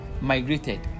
migrated